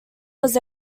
was